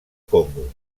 congo